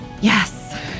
Yes